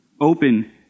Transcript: Open